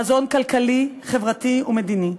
חזון כלכלי, חברתי ומדיני.